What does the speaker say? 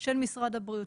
של משרד הבריאות.